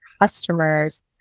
customers